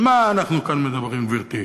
על מה אנחנו כאן מדברים, גברתי?